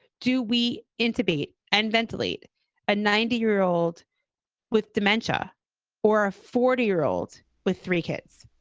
do we intubate and ventilate a ninety year old with dementia or a forty year old with three kids?